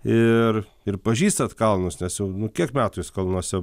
ir ir pažįstat kalnus nes jau nu kiek metų jūs kalnuose